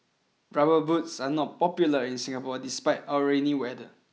rubber boots are not popular in Singapore despite our rainy weather